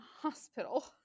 hospital